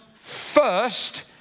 first